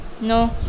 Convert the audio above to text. No